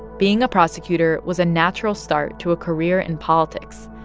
being a prosecutor was a natural start to a career in politics,